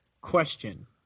Question